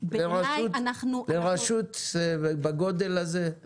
לרשות בגודל הזה?